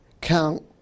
count